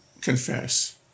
confess